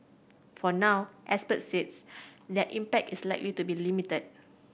for now experts says their impact is likely to be limited